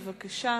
בבקשה.